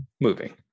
moving